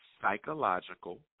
psychological